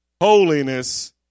Holiness